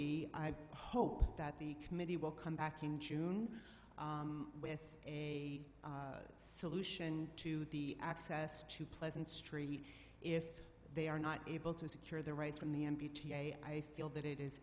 be i hope that the committee will come back in june with a solution to the access to pleasant street if they are not able to secure the rights from the n p t i feel that it is